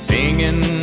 Singing